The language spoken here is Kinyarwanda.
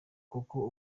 kuko